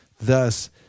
Thus